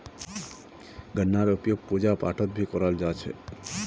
गन्नार उपयोग पूजा पाठत भी कराल जा छे